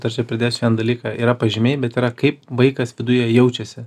dar čia pridėsiu vieną dalyką yra pažymiai bet yra kaip vaikas viduje jaučiasi